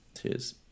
cheers